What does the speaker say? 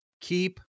keep